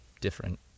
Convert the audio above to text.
different